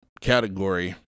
category